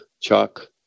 Chuck